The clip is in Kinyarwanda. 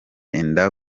inda